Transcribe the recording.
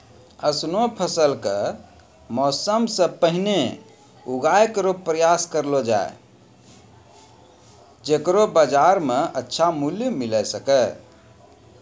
ऑसनो फसल क मौसम सें पहिने उगाय केरो प्रयास करलो जाय छै जेकरो बाजार म अच्छा मूल्य मिले सके